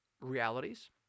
realities